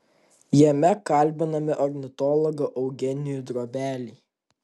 jame kalbiname ornitologą eugenijų drobelį